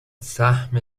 سهم